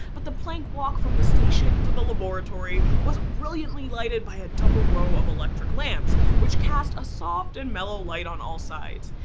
but the plank walk from the station to the laboratory was brilliantly lighted by a double row of electric lamps, which cast a soft and mellow light on all sides.